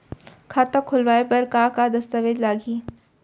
खाता खोलवाय बर का का दस्तावेज लागही?